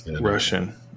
Russian